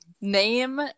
name